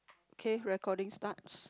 okay recording starts